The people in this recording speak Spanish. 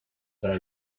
para